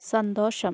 സന്തോഷം